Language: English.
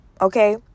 okay